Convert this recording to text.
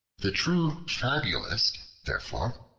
the true fabulist, therefore,